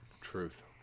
truth